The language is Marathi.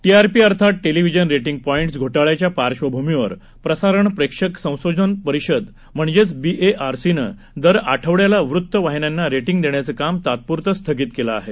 टीआरपी अर्थात टेलिव्हिजन रेटिंग पॉईटस घोटाळ्याच्या पार्श्वभूमीवर प्रसारण प्रेक्षक संशोधन परिषद म्हणजे बीएआरसीनं दर आठवड्याला वृत वाहिन्यांना रेटिंग देण्याचं काम तात्प्रतं स्थगित केलं आहे